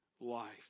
life